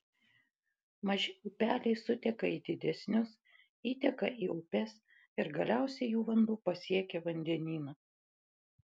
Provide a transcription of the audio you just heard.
maži upeliai suteka į didesnius įteka į upes ir galiausiai jų vanduo pasiekia vandenyną